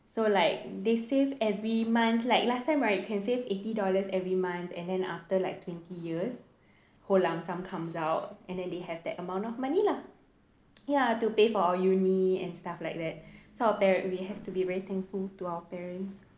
so like they save every month like last time right you can save eighty dollars every month and then after like twenty years whole lump sum comes out and then they have that amount of money lah ya to pay for our uni and stuff like that so our parents we have to be very thankful to our parents